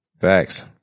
Facts